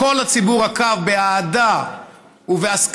כל הציבור עקב באהדה ובהסכמה